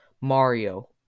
Mario